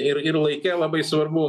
ir ir laike labai svarbu